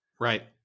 Right